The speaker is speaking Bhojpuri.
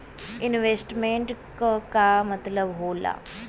इन्वेस्टमेंट क का मतलब हो ला?